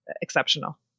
exceptional